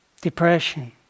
depression